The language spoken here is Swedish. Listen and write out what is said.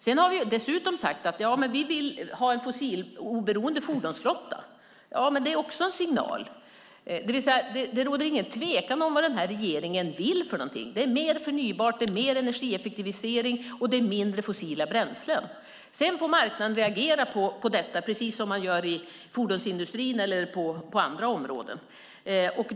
Vi har dessutom sagt att vi vill ha en bensinoberoende fordonsflotta. Det är också en signal. Det råder ingen tvekan om vad regeringen vill. Det är mer förnybart, mer energieffektivisering och mindre fossila bränslen. Sedan får marknaden reagera på detta precis som man gör i fordonsindustrin eller på andra områden.